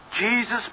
Jesus